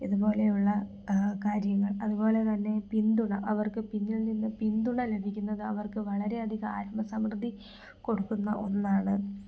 ഇതുപോലെയുള്ള കാര്യങ്ങൾ അതുപോലെ തന്നെ പിന്തുണ അവർക്ക് പിന്നിൽ നിന്ന് പിന്തുണ ലഭിക്കുന്നത് അവർക്ക് വളരെ അധികം ആത്മസമൃദ്ധി കൊടുക്കുന്ന ഒന്നാണ്